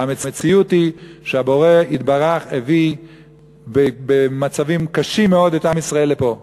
המציאות היא שהבורא יתברך הביא במצבים קשים מאוד את עם ישראל לפה.